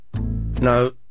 No